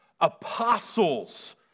Apostles